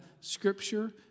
scripture